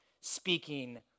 speaking